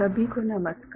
सभी को नमस्कार